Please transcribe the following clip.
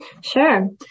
Sure